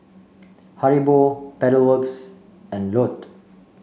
Haribo Pedal Works and Lotte